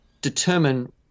determine